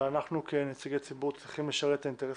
אבל אנחנו כנציגי ציבור צריכים לשרת את האינטרס